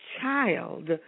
child